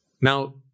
Now